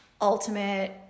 ultimate